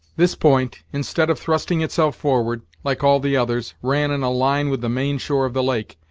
this point, instead of thrusting itself forward, like all the others, ran in a line with the main shore of the lake,